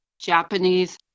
japanese